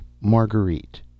Marguerite